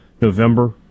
November